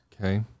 Okay